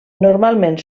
normalment